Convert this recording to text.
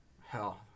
hell